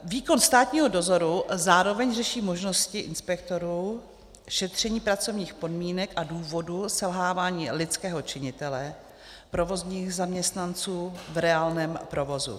Výkon státního dozoru zároveň řeší možnosti inspektorů k šetření pracovních podmínek a důvodu selhávání lidského činitele provozních zaměstnanců v reálném provozu.